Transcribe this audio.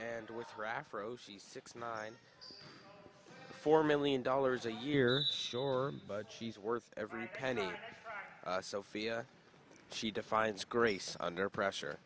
and with raph roshi six nine four million dollars a year sure but she's worth every penny sophia she defines grace under pressure